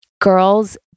girls